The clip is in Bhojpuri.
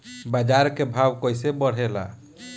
बाजार के भाव कैसे बढ़े ला?